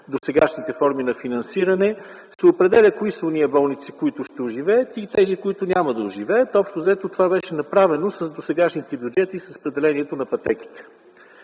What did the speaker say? досегашните форми на финансиране, се определя кои са онези болници, които ще оживеят и тези, които няма да оживеят. Общо взето това беше направено с досегашните бюджети, с разпределението на пътеките.